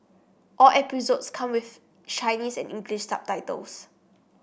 all episodes come with Chinese and English subtitles